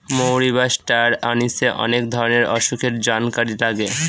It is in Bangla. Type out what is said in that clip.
মৌরি বা ষ্টার অনিশে অনেক ধরনের অসুখের জানকারি লাগে